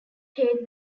take